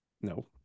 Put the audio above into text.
No